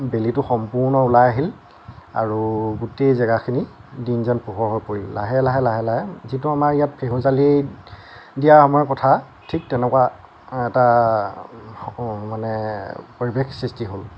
বেলিটো সম্পূৰ্ণ ওলাই আহিল আৰু গোটেই জেগাখিনি দিন যেন পোহৰ হৈ পৰিল লাহে লাহে লাহে লাহে যিটো আমাৰ ইয়াত ফেঁহুজালি দিয়া আমাৰ কথা ঠিক তেনেকুৱা এটা মানে পৰিৱেশ সৃষ্টি হ'ল